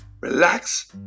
relax